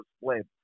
split